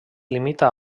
limita